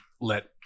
let